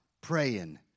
praying